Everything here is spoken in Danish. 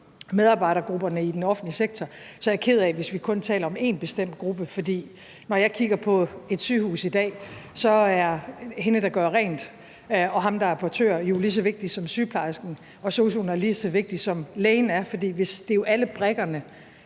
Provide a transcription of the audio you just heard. medarbejdergrupperne i den offentlige sektor, så er jeg ked af, hvis vi kun taler om en bestemt gruppe. Når jeg kigger på et sygehus i dag, er hende, der gør rent, og ham, der er portør, lige så vigtige som sygeplejersken, og sosu'en er lige så vigtig, som lægen er. For alle brikkerne